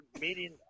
meeting